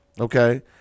Okay